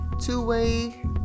two-way